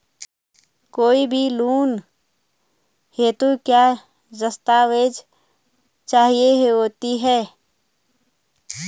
कोई भी लोन हेतु क्या दस्तावेज़ चाहिए होते हैं?